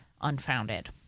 unfounded